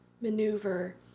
maneuver